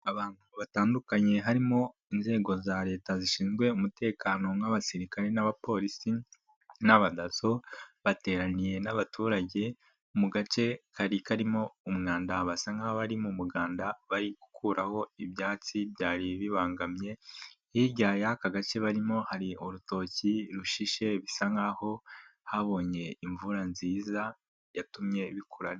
Abantu batandukanye harimo inzego za leta zishinzwe umutekano nk'abasirikare n'abapolisi n'abadaso, bateranye n'abaturage mu gace kari karimo umwanda basa nk'abari mu muganda bari gukuraho ibyatsi byari bibangamye. Hirya yaka gace barimo, hari urutoki rushishe bisa nkaho habonye imvura nziza yatumye bikorana.